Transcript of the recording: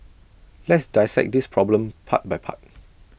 let's dissect this problem part by part